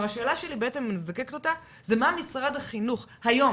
אם אני מזקקת את השאלה שלי: מה משרד החינוך היום